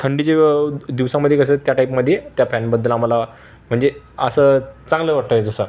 थंडीच्या दिवसांमध्ये कसं त्या टाईपमध्ये त्या फॅनबद्दल आम्हाला म्हणजे असं चांगलं वाटायचं जसं